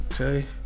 okay